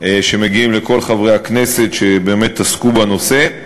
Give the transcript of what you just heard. שמגיעים לכל חברי הכנסת שבאמת עסקו בנושא.